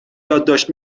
یادداشت